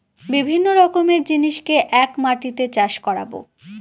বিভিন্ন রকমের জিনিসকে এক মাটিতে চাষ করাবো